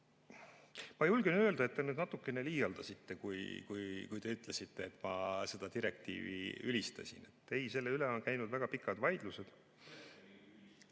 Ma julgen öelda, et ta nüüd natukene liialdasite, kui te ütlesite, et ma seda direktiivi ülistasin. Ei, selle üle on käinud väga pikad vaidlused.